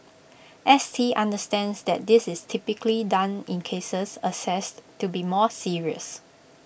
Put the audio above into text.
S T understands that this is typically done in cases assessed to be more serious